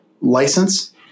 license